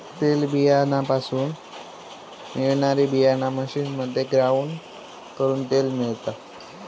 तेलबीयापासना मिळणारी बीयाणा मशीनमध्ये ग्राउंड करून तेल मिळता